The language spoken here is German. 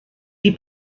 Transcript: die